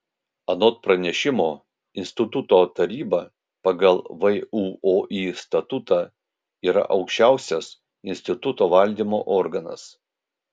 anot pranešimo instituto taryba pagal vuoi statutą yra aukščiausias instituto valdymo organas